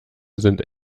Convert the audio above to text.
sind